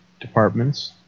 departments